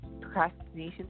procrastination